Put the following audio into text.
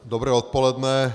Dobré odpoledne.